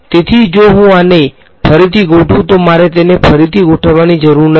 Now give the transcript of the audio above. તેથી જો હું આને ફરીથી ગોઠવું તો મારે તેને ફરીથી ગોઠવવાની જરૂર નથી